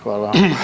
Hvala.